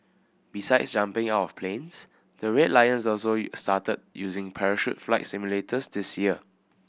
besides jumping out of planes the Red Lions also started using parachute flight simulators this year